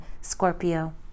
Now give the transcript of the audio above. Scorpio